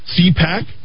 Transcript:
CPAC